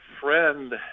friend